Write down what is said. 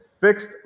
fixed